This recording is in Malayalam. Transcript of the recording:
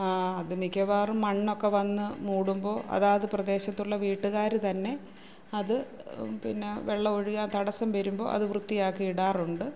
അത് മിക്കവാറും മണ്ണൊക്കെ വന്നു മൂടുമ്പോൾ അതായത് പ്രദേശത്തുള്ള വീട്ടുകാർ തന്നെ അതു പിന്നെ വെള്ളം ഒഴുകാന് തടസ്സം വരുമ്പോൾ അതു വൃത്തിയാക്കി ഇടാറുണ്ട്